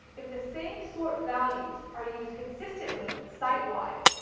if the same sort values are used consistently site-wide.